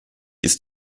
ist